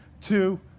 two